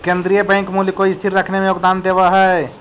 केन्द्रीय बैंक मूल्य को स्थिर रखने में योगदान देवअ हई